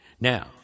Now